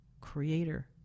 creator